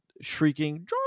shrieking